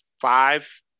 five